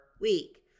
week